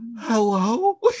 hello